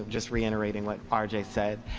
just reiterating what r j. said.